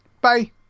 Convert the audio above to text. Bye